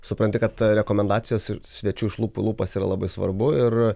supranti kad rekomendacijos ir svečių iš lūpų lūpas yra labai svarbu ir